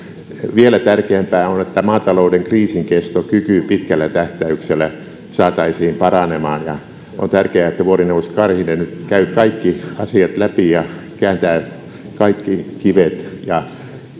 vielä tärkeämpää olisi että maatalouden kriisinkestokyky pitkällä tähtäyksellä saataisiin paranemaan ja on tärkeää että vuorineuvos karhinen käy nyt kaikki asiat läpi ja kääntää kaikki kivet ja